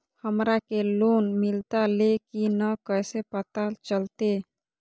हमरा के लोन मिलता ले की न कैसे पता चलते?